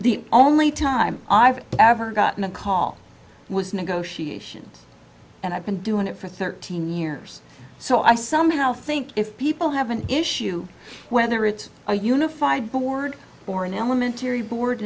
the only time i've ever gotten a call was negotiations and i've been doing it for thirteen years so i somehow think if people have an issue whether it's a unified board or an elementary board